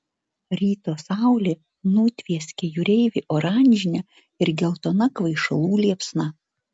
ryto saulė nutvieskė jūreivį oranžine ir geltona kvaišalų liepsna